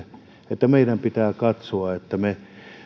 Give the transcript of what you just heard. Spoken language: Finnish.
että meidän pitää katsoa että me